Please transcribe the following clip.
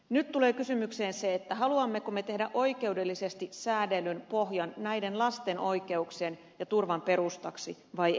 nyt tulee kysymykseen se haluammeko me tehdä oikeudellisesti säädellyn pohjan näiden lasten oikeuksien ja turvan perustaksi vai emme